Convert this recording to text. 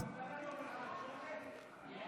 חובת מסירת תוכניות הדירה